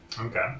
okay